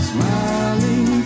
Smiling